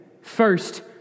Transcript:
First